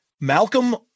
Malcolm